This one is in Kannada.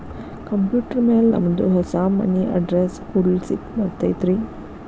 ಕಂಪ್ಯೂಟರ್ ಮ್ಯಾಲೆ ನಮ್ದು ಹೊಸಾ ಮನಿ ಅಡ್ರೆಸ್ ಕುಡ್ಸ್ಲಿಕ್ಕೆ ಬರತೈತ್ರಿ?